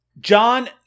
John